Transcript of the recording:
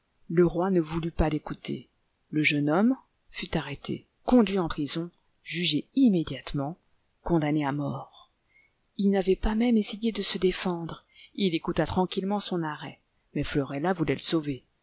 le roi ne voulut pa l'écouter le jeune homme fut arrêté conduit en prison jugé immédiatement condamné à mort il n'avait pas même essayé de se défendre il écouta tranquillement son arrêt mais florella voulait le sauver